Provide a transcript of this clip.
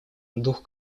дух